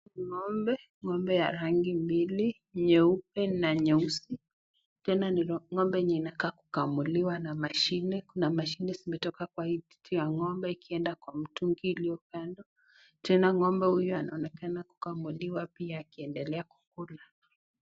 Ngombe, ngombe ya rangi mbili, nyeupe na nyeusi, tena ni ngombe enye inakaa kukamuliwa na mashini, kuna mashini zimetoka kwa hii titi la ngombe, ukienda kwa mtungi iliyo kando, tena ngombe huyo anakamuliwa akiendelea kukula.